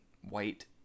white